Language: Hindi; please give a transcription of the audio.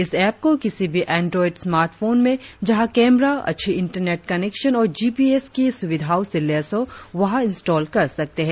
इस एप को किसी भी एन्ड्रॉइड स्मार्टफोन में जहां कैमरा अच्छी इंटरनेट कनेक्शन और जी पी एस की सुविधाओं से लैस हो वहां इंस्टॉल कर सकते है